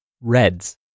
Reds